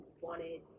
wanted